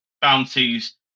bounties